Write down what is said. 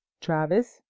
Travis